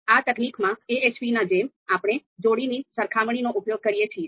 આ તકનીકમાં AHPના જેમ આપણે જોડીની સરખામણીનો ઉપયોગ કરીએ છીએ